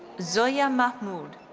zoya mahmood.